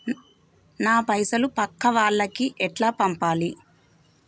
నా పైసలు పక్కా వాళ్లకి ఎట్లా పంపాలి?